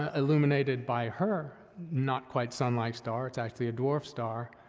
ah illuminated by her not-quite-sunlight star. it's actually a dwarf star.